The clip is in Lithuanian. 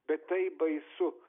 bet tai baisu